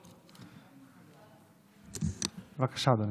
בבקשה, אדוני.